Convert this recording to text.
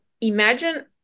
imagine